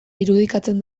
irudikatzen